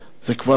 אני אשמח